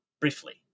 briefly